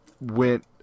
went